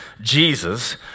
Jesus